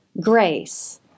grace